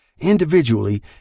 Individually